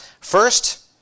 First